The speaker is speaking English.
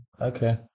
Okay